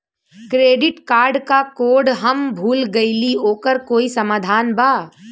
Credit card क code हम भूल गइली ओकर कोई समाधान बा?